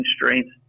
constraints